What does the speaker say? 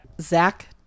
Zach